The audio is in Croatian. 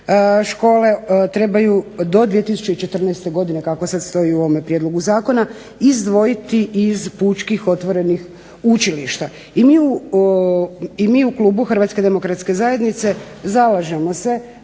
škole trebaju do 2014. godine kako sad stoji u ovome prijedlogu zakona izdvojiti iz pučkih otvorenih učilišta. I mi u klubu HDZ-a zalažemo se